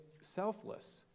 selfless